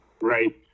Right